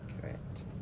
Correct